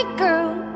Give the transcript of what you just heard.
girl